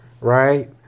right